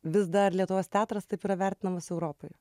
vis dar lietuvos teatras taip yra vertinamas europoj